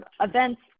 events